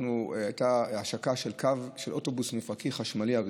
הייתה השקה של האוטובוס המפרקי החשמלי הראשון,